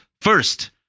first